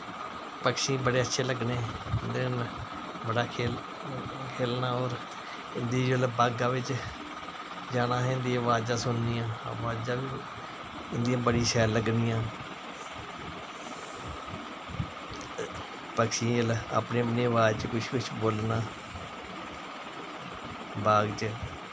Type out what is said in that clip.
पक्षी बड़े अच्छे लग्गने उंदे कन्नै बड़ा खेलना होर उं'दी जिसलै बाग्गा बिच्च जाना असें उं'दी अवाज़ां सुननियां अवाज़ां बी उंदियां बड़ियां शैल लग्गनियां ते पक्षियें जिसलै अपनी अपनी अवाज़ च कुछ कुछ बोलना बाग च